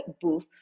booth